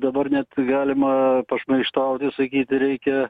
dabar net galima pašmaikštauti sakyti reikia